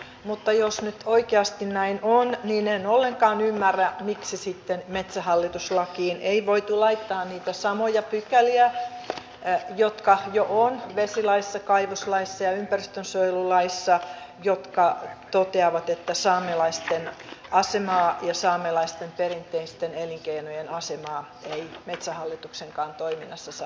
mutta jos nyt oikeasti näin on niin en ollenkaan ymmärrä miksi sitten metsähallitus lakiin ei voitu laittaa niitä samoja pykäliä jotka jo ovat vesilaissa kaivoslaissa ja ympäristönsuojelulaissa jotka toteavat että saamelaisten asemaa ja saamelaisten perinteisten elinkeinojen asemaa ei metsähallituksenkaan toiminnassa saa heikentää